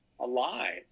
Alive